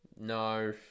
No